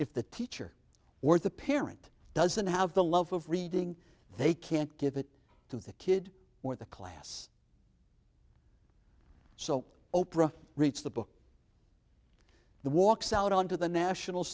if the teacher or the parent doesn't have the love of reading they can't give it to the kid or the class so oprah reached the book the walks out on to the national